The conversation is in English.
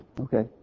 Okay